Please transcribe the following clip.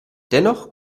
dennoch